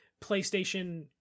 playstation